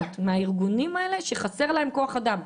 טענות מהארגונים הללו לגבי חוסר בכוח אדם,